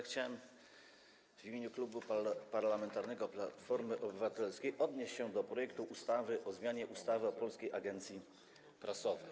Chciałem w imieniu Klubu Parlamentarnego Platforma Obywatelska odnieść się do projektu ustawy o zmianie ustawy o Polskiej Agencji Prasowej.